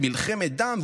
למלחמת דם.